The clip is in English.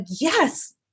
yes